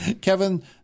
Kevin